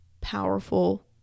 powerful